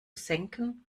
senken